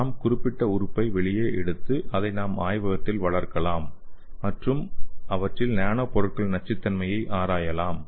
நாம் குறிப்பிட்ட உறுப்பை வெளியே எடுத்து அதை நாம் ஆய்வகத்தில் வளர்க்கலாம் மற்றும் அவற்றில் நானோ பொருட்களின் நச்சுத்தன்மையைப் ஆராயலாம்